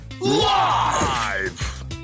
live